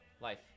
life